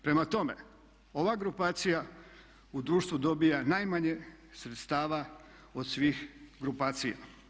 Prema tome, ova grupacija u društvu dobiva najmanje sredstava od svih grupacija.